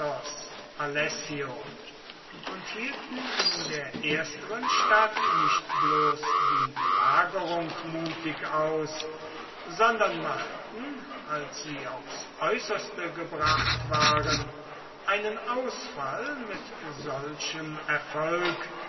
und hielten in der ersteren stadt nicht bloß die belagerung mutig aus sondern machten als sie aufs äußerste gebracht waren einen ausfall mit solchem erfolg